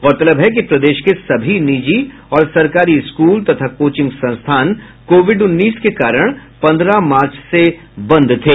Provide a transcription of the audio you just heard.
गौरतलब है कि प्रदेश के सभी निजी और सरकारी स्कूल तथा कोचिंग संस्थान कोविड उन्नीस के कारण पंद्रह मार्च से बंद थे